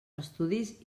estudis